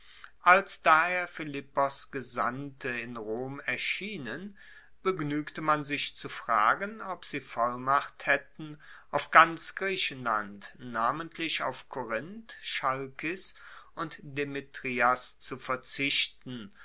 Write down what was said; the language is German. als daher philippos gesandte in rom erschienen begnuegte man sich zu fragen ob sie vollmacht haetten auf ganz griechenland namentlich auf korinth chalkis und demetrias zu verzichten